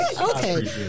Okay